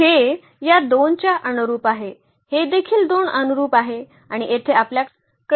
तर हे या 2 च्या अनुरुप आहे हे देखील 2 अनुरुप आहे आणि येथे आपल्याकडे हे 8 असे आहे